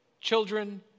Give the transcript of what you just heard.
children